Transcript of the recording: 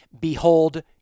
Behold